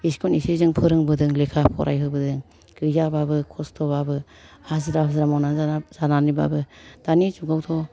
एसेखौनो एसे जों फोरोंबोदों लेखा फरायहोबोदों गैयाबाबो खस्थ' बाबो हाजिरा हुजिरा मावनानै जानानैबाबो दानि जुगावथ'